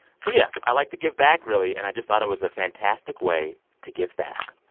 so yeah. i like to give back, really. and i just thought it was a fantastic way to give back.